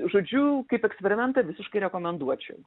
žodžiu kaip eksperimentą visiškai rekomenduočiau